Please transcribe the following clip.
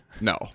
no